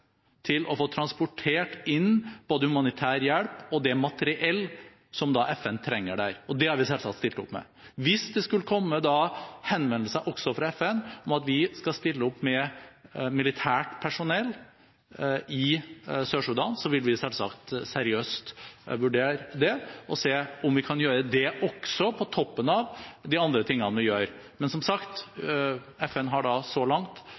til å få transportert inn både militær hjelp og det materiell som FN trenger der, og det har vi selvsagt stilt opp med. Hvis det skulle komme henvendelser også fra FN om at vi skal stille opp med militært personell i Sør-Sudan, vil vi selvsagt seriøst vurdere det og se om vi kan gjøre det også, på toppen av de andre tingene vi gjør. Men som sagt: FN har så langt